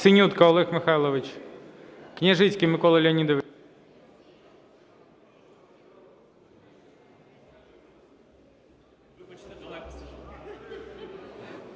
Синютка Олег Михайлович. Княжицький Микола Леонідович.